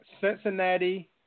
Cincinnati